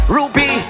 Ruby